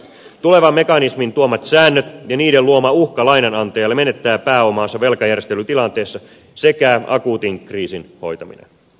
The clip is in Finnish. tulevan mekanismin tuomat säännöt ja niiden luoma uhka lainanantajalle menettää pääomaansa velkajärjestelytilanteessa sekä akuutin kriisin hoitaminen